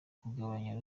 kugabanya